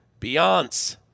Beyonce